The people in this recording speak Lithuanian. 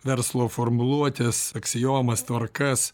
verslo formuluotes aksiomas tvarkas